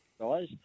guys